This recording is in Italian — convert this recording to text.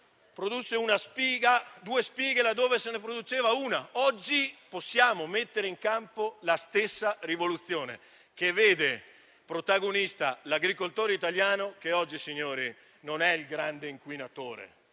produsse due spighe là dove se ne produceva una. Oggi possiamo mettere in campo la stessa rivoluzione, che vede protagonista l'agricoltore italiano, che oggi, signori, non è il grande inquinatore